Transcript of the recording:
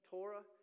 Torah